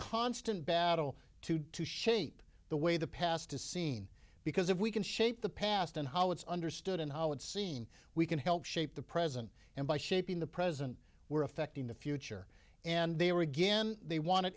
constant battle to to shape the way the past is seen because if we can shape the past and how it's understood and how it's seen we can help shape the present and by shaping the present we're affecting the future and they are again they want